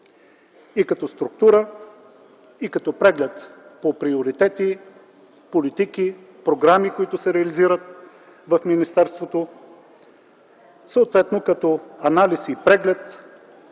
и като структура, и като преглед по приоритети, политики, програми, които се реализират в министерството, съответно като анализ и преглед